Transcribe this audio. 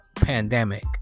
pandemic